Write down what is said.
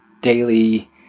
daily